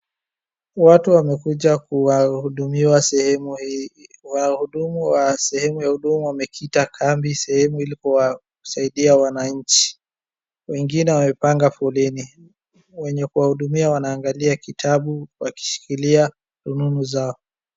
Watu wamekuja kuwahudumiwa sehemu hii. Wahudumu wa sehemu ya huduma wamekita kambi sehemu ili kuwasaidia wananchi. Wengine wamepanga foleni, wenye kuwahudumia wanaangalia kitabu wakishikilia rununu zao.